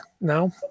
now